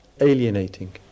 alienating